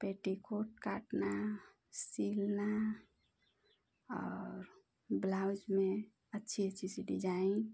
petticoat काटना सिलना और ब्लाउज में अच्छी अच्छी सी डिज़ाइन